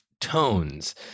tones